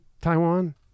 Taiwan